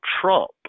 Trump